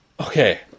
Okay